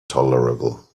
tolerable